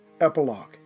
Epilogue